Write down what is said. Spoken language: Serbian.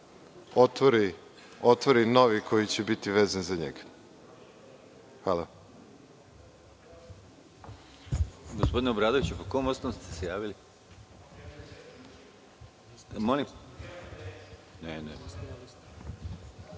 otvori novi, koji će biti vezan za njega. Hvala.